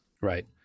Right